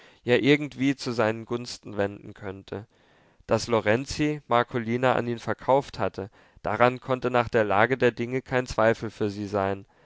ja irgendwie zu seinen gunsten wenden könnte daß lorenzi marcolina an ihn verkauft hatte daran konnte nach der lage der dinge kein zweifel für sie sein